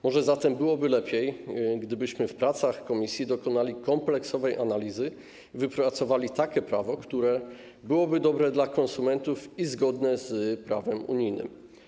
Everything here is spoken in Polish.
Może zatem byłoby lepiej, gdybyśmy w trakcie prac komisji dokonali kompleksowej analizy i wypracowali takie prawo, które byłoby dobre dla konsumentów i zgodne z prawem unijnym.